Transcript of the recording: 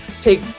take